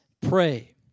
pray